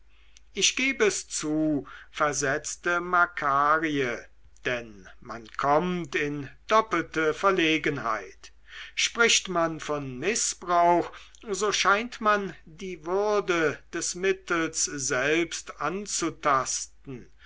ich geb es zu versetzte makarie denn man kommt in doppelte verlegenheit spricht man von mißbrauch so scheint man die würde des mittels selbst anzutasten